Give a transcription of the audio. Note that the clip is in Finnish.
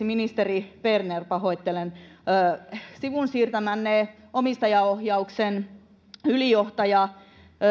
ministeri berner sivuun siirtämänne omistajaohjauksen ylijohtaja